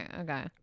Okay